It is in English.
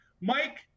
Mike